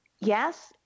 Yes